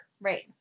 right